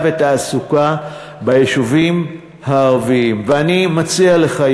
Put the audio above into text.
ותעסוקה ביישובים הערביים." ואני מציע לך,